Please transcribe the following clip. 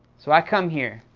so, i come here,